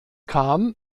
kam